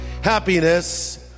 Happiness